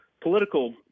political